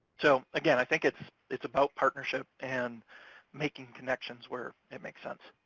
so, again, i think it's it's about partnership and making connections where it makes sense.